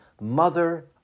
Mother